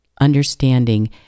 understanding